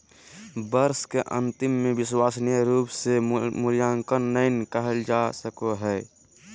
वर्ष के अन्तिम में विश्वसनीय रूप से मूल्यांकन नैय कइल जा सको हइ